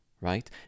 right